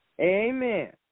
Amen